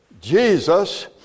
Jesus